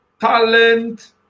Talent